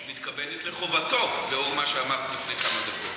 את מתכוונת לחובתו, לפי מה שאמרת לפני כמה דקות.